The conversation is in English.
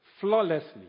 flawlessly